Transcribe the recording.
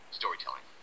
storytelling